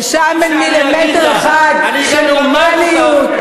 ששם אין מילימטר אחד של הומניות,